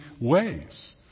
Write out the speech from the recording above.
ways